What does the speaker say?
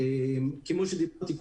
כמו שאמרתי,